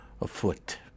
afoot